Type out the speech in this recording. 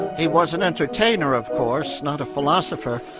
he was an entertainer of course, not a philosopher,